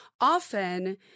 often